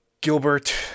Gilbert